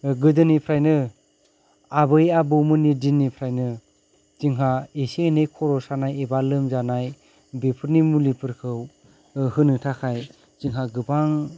गोदोनिफ्रायनो आबै आबैमोननि दिननिफ्रायनो जोंहा इसे इनै खर' सानाय एबा लोमजानाय बेफोरनि मुलिफोरखौ होनो थाखाय जोंहा गोबां